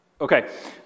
Okay